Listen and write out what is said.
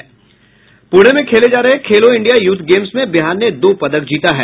पूणे में खेले जा रहे खेलो इंडिया यूथ गेम्स में बिहार ने दो पदक जीता है